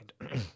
right